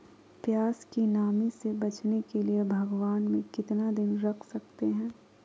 प्यास की नामी से बचने के लिए भगवान में कितना दिन रख सकते हैं?